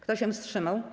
Kto się wstrzymał?